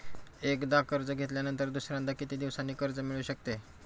एकदा कर्ज घेतल्यावर दुसऱ्यांदा किती दिवसांनी कर्ज मिळू शकते?